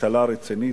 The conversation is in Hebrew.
ממשלה רצינית,